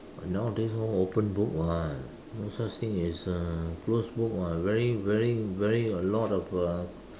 but nowadays all open book [one] no such thing as uh close book [what] very very very a lot of uh